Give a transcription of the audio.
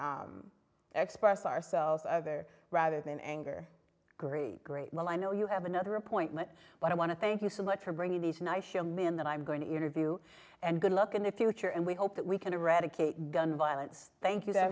we express ourselves other rather than anger great great well i know you have another appointment but i want to thank you so much for bringing these nice young man that i'm going to interview and good luck in the future and we hope that we can eradicate gun violence thank you